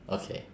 okay